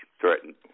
threatened